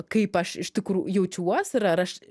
kaip aš iš tikrų jaučiuos ir ar aš